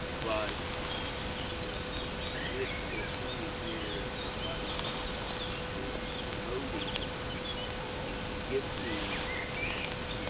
but if you get to a point where somebody is promoting the gifting of cash,